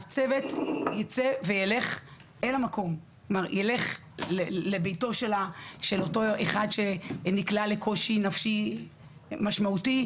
אז צוות ילך אל ביתו של מי שנקלע לקושי נפשי משמעותי.